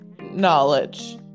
knowledge